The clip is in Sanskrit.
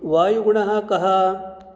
वायुगुणः कः